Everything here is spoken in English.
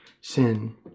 sin